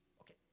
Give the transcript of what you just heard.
okay